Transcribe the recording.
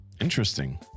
interesting